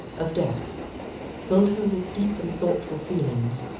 of death filled her with deep and thoughtful feelings,